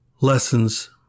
lessons